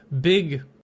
big